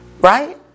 right